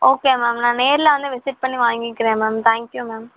okay ma'am நான் நேரில் வந்து விசிட் பண்ணி வாங்கிக்கிறேன் மேம் தேங்க் யூ மேம்